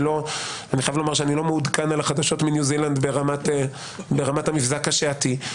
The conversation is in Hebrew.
אני חייב לומר שאני לא מעודכן לגבי החדשות מניו-זילנד ברמת המבזק השעתי.